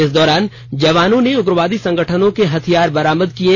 इस दौरान जवानों ने उग्रवादी संगठनों के हथियार बरामद किये